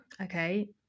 okay